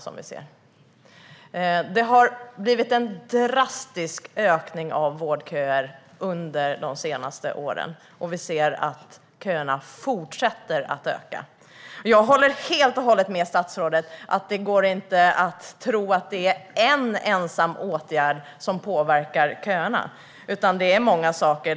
Under de senaste åren har det blivit en drastisk ökning av vårdköerna, och vi ser att köerna fortsätter att öka. Jag håller helt och hållet med statsrådet om att det inte går att tro att det är en ensam åtgärd som påverkar köerna, utan det är många saker.